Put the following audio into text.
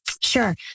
Sure